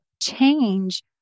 change